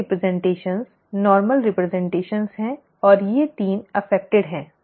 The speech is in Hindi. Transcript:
अन्य रिप्रज़िन्टेशन सामान्य रिप्रज़िन्टेशन हैं और ये 3 प्रभावित हैं